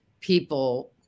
people